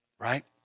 Right